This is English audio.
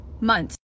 months